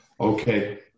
Okay